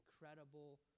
incredible